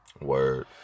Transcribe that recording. word